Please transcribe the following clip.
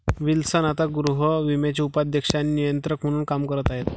Wilson आता गृहविम्याचे उपाध्यक्ष आणि नियंत्रक म्हणून काम करत आहेत